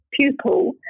pupil